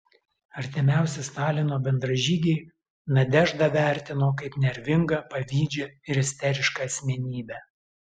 artimiausi stalino bendražygiai nadeždą vertino kaip nervingą pavydžią ir isterišką asmenybę